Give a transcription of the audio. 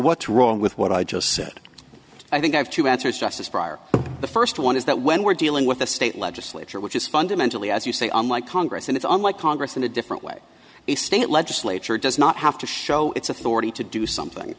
what's wrong with what i just said i think i have two answers just as for the first one is that when we're dealing with a state legislature which is fundamentally as you say unlike congress and it's unlike congress in a different way the state legislature does not have to show its authority to do something